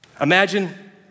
Imagine